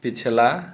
पिछला